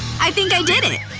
i think i did it!